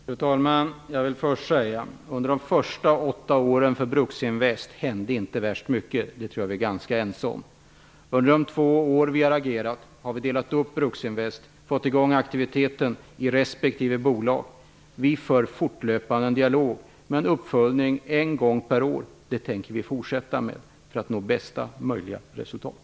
Fru talman! Låt mig först säga att under Bruksinvests första åtta år hände inte så värst mycket. Det tror jag att vi är ganska ense om. Under de två år regeringen har agerat har vi delat upp Bruksinvest och fått i gång aktiviteten i respektive bolag. Vi för fortlöpande en dialog med bolagen. Vi gör en uppföljning en gång per år. Det tänker vi fortsätta med för att nå bästa möjliga resultat